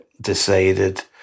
decided